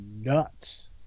nuts